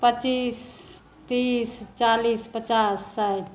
पच्चीस तीस चालीस पचास साठि